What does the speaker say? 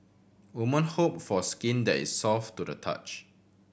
woman hope for skin that is soft to the touch